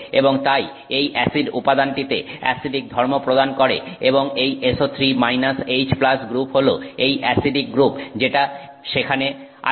এবং তাই এই অ্যাসিড উপাদানটিতে অ্যাসিডিক ধর্ম প্রদান করে এবং এই SO3 H গ্রুপ হল এই অ্যাসিডিক গ্রুপ যেটা সেখানে আছে